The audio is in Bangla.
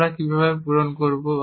আমরা কিভাবে পূরণ করব